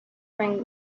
bring